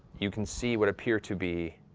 you can see what appear to be